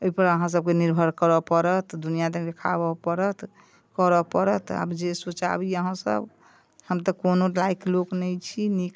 एहिपर अहाँ सबके निर्भर करऽ पड़त दुनिआके देखाबऽ पड़त करऽ पड़त आब जे सोचाबी अहाँसब हम तऽ कोनो लाइक लोक नहि छी नीक